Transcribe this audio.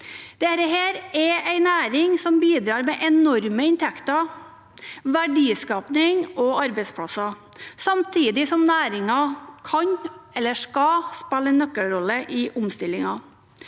Dette er en næring som bidrar med enorme inntekter, verdiskaping og arbeidsplasser, samtidig som næringen skal spille en nøkkelrolle i omstillingen.